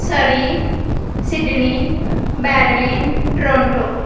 Surrey Sydney Berlin Toronto